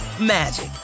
magic